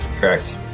Correct